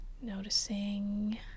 noticing